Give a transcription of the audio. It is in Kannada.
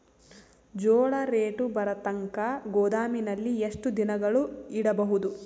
ಜೋಳ ರೇಟು ಬರತಂಕ ಗೋದಾಮಿನಲ್ಲಿ ಎಷ್ಟು ದಿನಗಳು ಯಿಡಬಹುದು?